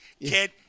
Kid